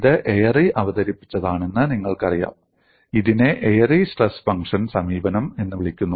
ഇത് എയറി അവതരിപ്പിച്ചതാണെന്ന് നിങ്ങൾക്കറിയാം ഇതിനെ എയറി സ്ട്രെസ് ഫംഗ്ഷൻ സമീപനം എന്ന് വിളിക്കുന്നു